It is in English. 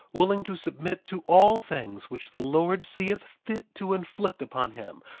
willing to submit to all things which the lord seeth fit to inflict upon him,